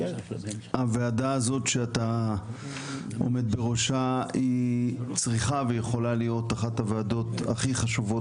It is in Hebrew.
הוועדה הזאת שאתה עומד בראשה צריכה ויכולה להיות אחת הוועדות הכי חשובות